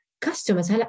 customers